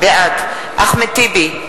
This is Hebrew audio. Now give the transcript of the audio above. בעד אחמד טיבי,